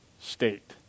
state